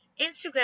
instagram